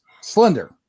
slender